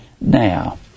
Now